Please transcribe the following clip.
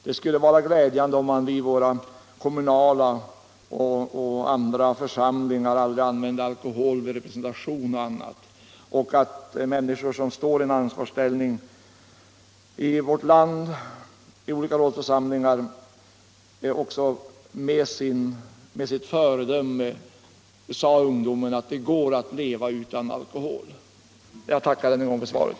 Det skulle vara glädjande om våra kommunala och andra församlingar aldrig använde alkohol vid representation och att människor i ansvarsställning i olika råd och församlingar i vårt land också med sitt föredöme sade ungdomen att det går att leva utan alkohol. Jag tackar än en gång för svaret.